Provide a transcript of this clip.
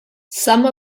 some